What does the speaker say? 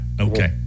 okay